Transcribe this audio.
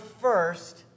first